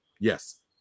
Yes